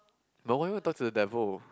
no why would you talk to the devil